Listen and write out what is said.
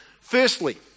firstly